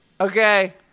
Okay